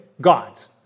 gods